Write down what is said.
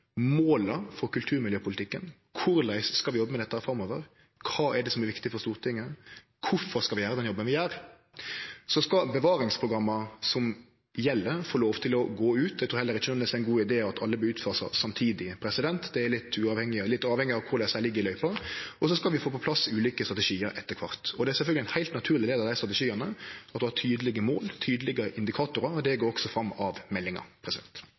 måla for kulturmiljøpolitikken. Korleis skal vi jobbe med dette framover? Kva er det som er viktig for Stortinget? Kvifor skal vi gjere den jobben vi gjer? Så skal bevaringsprogramma som gjeld, få lov til å gå ut. Eg trur heller ikkje nødvendigvis det er ein god idé at alle vert fasa ut samtidig, det er litt avhengig av korleis dei ligg i løypa, og så skal vi få på plass ulike strategiar etter kvart. Det er sjølvsagt ein heilt naturleg del av dei strategiane at ein har tydelege mål og tydelege indikatorar, og det går også fram av meldinga.